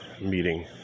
meeting